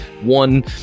one